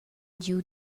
giu